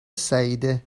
سعیده